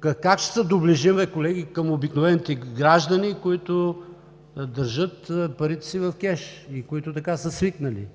Как ще се доближим, колеги, към обикновените граждани, които държат парите си кеш, които така са свикнали